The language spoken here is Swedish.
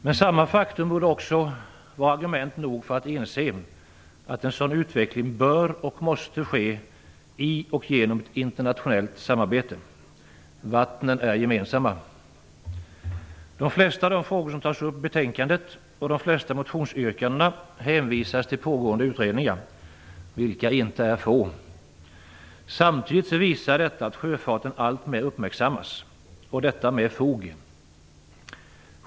Men samma faktum borde också vara argument nog för att inse att en sådan utveckling bör och måste ske i och genom ett internationellt samarbete. Vattnen är gemensamma. De flesta av de frågor som tas upp i betänkandet och de flesta motionsyrkandena hänvisas till pågående utredningar, vilka inte är få. Detta visar att sjöfarten alltmer uppmärksammas, och detta med fog.